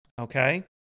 Okay